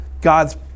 God's